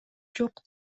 жок